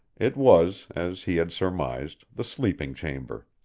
it was, as he had surmised, the sleeping chamber.